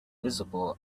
visible